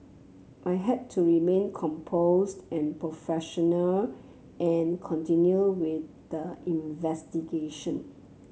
I had to remain composed and professional and continue with the investigation